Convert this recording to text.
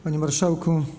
Panie Marszałku!